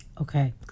okay